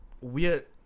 Weird